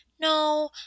no